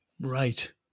right